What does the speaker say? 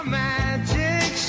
magic